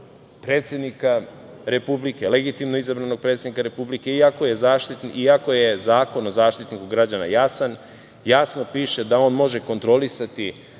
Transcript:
predsednika Republike, legitimno izabranog predsednika Republike iako u Zakonu o Zaštitniku građana jasno piše da on ne može kontrolisati